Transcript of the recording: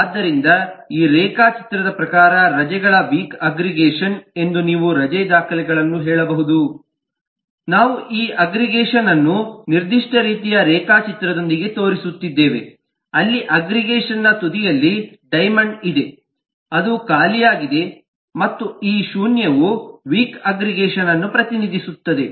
ಆದ್ದರಿಂದ ಈ ರೇಖಾಚಿತ್ರದ ಪ್ರಕಾರ ರಜೆಗಳ ವೀಕ್ ಅಗ್ಗ್ರಿಗೇಷನ್ ಎಂದು ನೀವು ರಜೆ ದಾಖಲೆಗಳನ್ನು ಹೇಳಬಹುದು ನಾವು ಈ ಅಗ್ಗ್ರಿಗೇಷನ್ಅನ್ನು ನಿರ್ದಿಷ್ಟ ರೀತಿಯ ರೇಖಾಚಿತ್ರದೊಂದಿಗೆ ತೋರಿಸುತ್ತಿದ್ದೇವೆ ಅಲ್ಲಿ ಅಗ್ಗ್ರಿಗೇಟ್ನ ತುದಿಯಲ್ಲಿ ಡೈಮೆಂಡ್ ಇದೆ ಅದು ಖಾಲಿಯಾಗಿದೆ ಮತ್ತು ಈ ಶೂನ್ಯತೆಯು ವೀಕ್ ಅಗ್ಗ್ರಿಗೇಷನ್ಅನ್ನು ಪ್ರತಿನಿಧಿಸುತ್ತದೆ